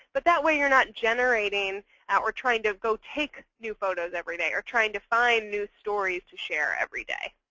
but that way, you're not generating or trying to go take new photos every day, or trying to find new stories to share every day.